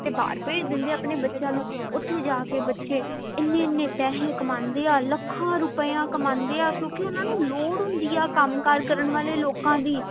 ਅਤੇ ਬਾਹਰ ਭੇਜ ਦਿੰਦੇ ਆਪਣੇ ਬੱਚਿਆਂ ਨੂੰ ਉੱਥੇ ਜਾ ਕੇ ਬੱਚੇ ਇੰਨੇ ਇੰਨੇ ਪੈਸੇ ਕਮਾਉਂਦੇ ਆ ਲੱਖਾਂ ਰੁਪਿਆ ਕਮਾਉਂਦੇ ਆ ਕਿਉਂਕਿ ਉਹਨਾਂ ਨੂੰ ਲੋੜ ਹੁੰਦੀ ਆ ਕੰਮ ਕਾਰ ਕਰਨ ਵਾਲੇ ਲੋਕਾਂ ਦੀ